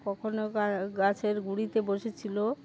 কখনও গাছের গুঁড়িতে বসেছিল